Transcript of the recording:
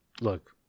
look